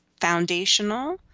foundational